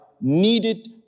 needed